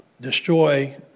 destroy